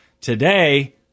today